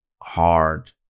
hard